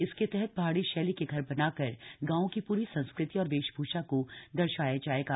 इसके तहत पहाड़ी शब्बी के घर बनाकर गांव की पूरी संस्कृति और वेशभूषा को दर्शया जाएगा